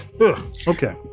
okay